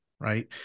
right